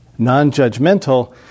non-judgmental